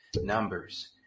numbers